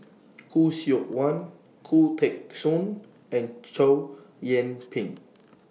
Khoo Seok Wan Khoo Teng Soon and Chow Yian Ping